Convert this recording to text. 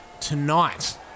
tonight